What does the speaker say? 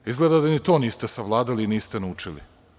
Izgleda da ni to niste savladali, niste naučili.